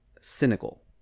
cynical